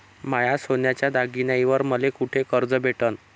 माया सोन्याच्या दागिन्यांइवर मले कुठे कर्ज भेटन?